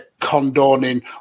condoning